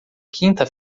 quinta